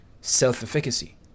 self-efficacy